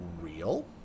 real